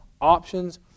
options